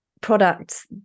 Products